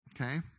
Okay